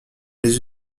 les